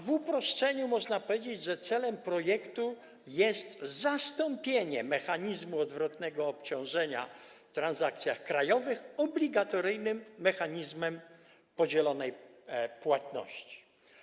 W uproszczeniu można powiedzieć, ze celem projektu jest zastąpienie mechanizmu odwrotnego obciążenia w transakcjach krajowych obligatoryjnym mechanizmem podzielonej płatności.